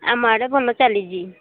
ଆମ ଆଡ଼େ ଭଲ ଚାଲିଛି